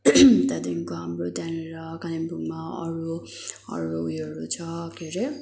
त्यहाँदेखिको हाम्रो त्यहाँनिर कालिम्पोङमा अरू अरू उयोहरू छ के अरे